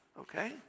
Okay